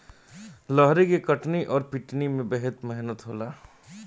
रहरी के कटनी अउर पिटानी में मेहनत लागेला